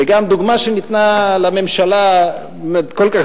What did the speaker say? וגם דוגמה שניתנה לממשלה והיא כל כך